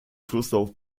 flusslauf